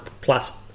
plus